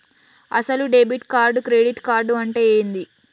అసలు debit card credit card అంటే ఏంది?